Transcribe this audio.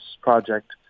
project